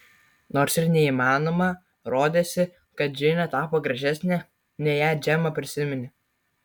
nors ir neįmanoma rodėsi kad džinė tapo gražesnė nei ją džema prisiminė